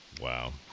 Wow